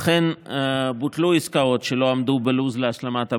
אכן בוטלו עסקאות שלא עמדו בלו"ז להשלמת הבנייה.